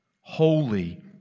Holy